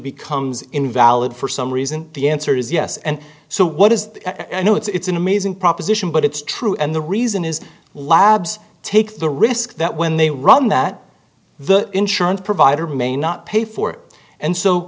becomes invalid for some reason the answer is yes and so what is the i know it's an amazing proposition but it's true and the reason is labs take the risk that when they run that the insurance provider may not pay for it and so